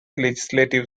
legislative